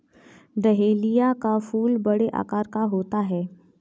dahlia का फूल बड़े आकार का होता है